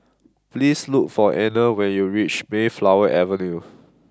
please look for Anner when you reach Mayflower Avenue